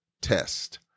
Test